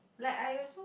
like I also